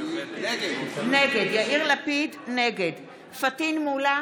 נגד פטין מולא,